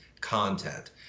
content